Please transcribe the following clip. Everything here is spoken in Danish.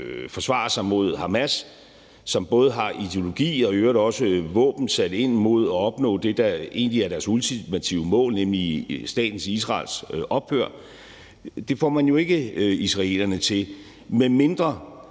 forsvare sig mod Hamas, som både har ideologi og øvrigt også våben sat ind mod at opnå det, der egentlig er deres ultimative mål, nemlig statens Israels ophør. Det får man jo ikke israelerne til, medmindre